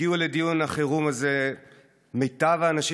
הגיעו לדיון החירום הזה מיטב האנשים